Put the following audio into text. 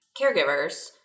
caregivers